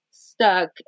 stuck